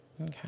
okay